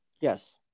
Yes